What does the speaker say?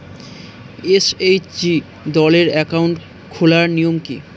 SHG দলের account খোলার নিয়ম কী?